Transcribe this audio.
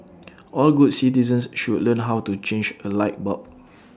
all good citizens should learn how to change A light bulb